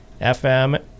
FM